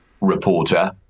reporter